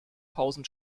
pausen